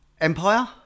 Empire